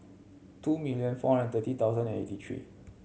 two million four hundred thirty thousand and eighty three